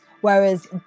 whereas